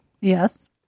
Yes